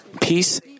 peace